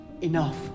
enough